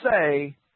say